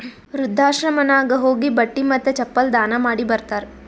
ವೃದ್ಧಾಶ್ರಮನಾಗ್ ಹೋಗಿ ಬಟ್ಟಿ ಮತ್ತ ಚಪ್ಪಲ್ ದಾನ ಮಾಡಿ ಬರ್ತಾರ್